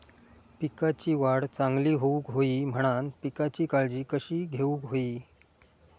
पिकाची वाढ चांगली होऊक होई म्हणान पिकाची काळजी कशी घेऊक होई?